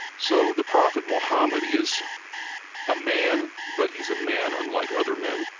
so the prophet muhammad is a man but he's a man unlike other men.